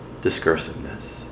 discursiveness